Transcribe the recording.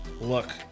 look